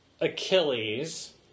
Achilles